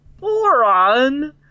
Boron